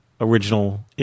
original